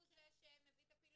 הוא זה שמביא את הפעילויות,